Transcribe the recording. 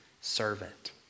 servant